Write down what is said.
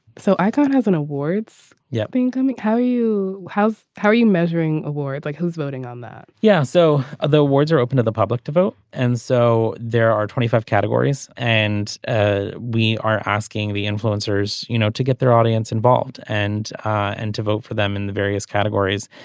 so i don't have an awards yet been coming. how you have. how are you measuring award like who's voting on that yeah. so ah the awards are open to the public to vote. and so there are twenty five categories and ah we are asking the influencers you know to get their audience involved and and to vote for them in the various categories.